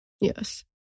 yes